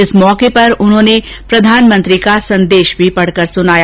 इस मौके पर उन्होंने प्रधानमंत्री का संदेश पढ़कर सुनाया